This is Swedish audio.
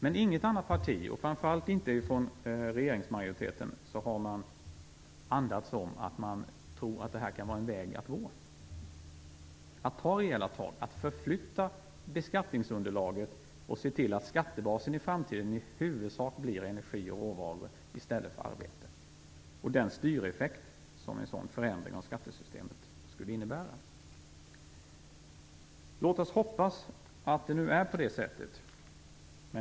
Men inget annat parti, framför allt inte regeringsmajoriteten, har andats något om att detta kan vara en väg att gå, att man skall ta rejäla tag, att man skall förflytta beskattningsunderlaget och se till att skattebasen i framtiden i huvudsak blir energi och råvaror i stället för arbete. Det handlar också om den styreffekt som en sådan förändring av skattesystemet skulle innebära. Låt oss hoppas att det nu är på det sättet!